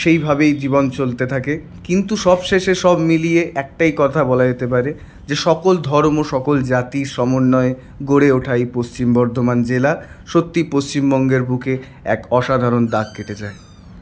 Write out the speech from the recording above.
সেইভাবে জীবন চলতে থাকে কিন্তু সব শেষে সবমিলিয়ে একটাই কথা বলা যেতে পারে যে সকল ধর্ম সকল জাতির সমন্বয়ে গড়ে ওঠা এই পশ্চিম বর্ধমান জেলার সত্যি পশ্চিমবঙ্গের বুকে এক অসাধারণ দাগ কেটে যায়